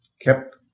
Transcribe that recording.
kept